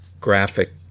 graphic